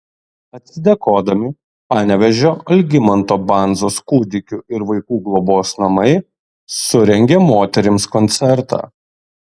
atsidėkodami panevėžio algimanto bandzos kūdikių ir vaikų globos namai surengė moterims koncertą